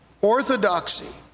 orthodoxy